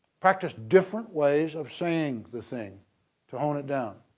practice different ways of saying the thing to hone it down,